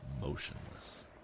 motionless